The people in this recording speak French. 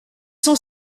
sont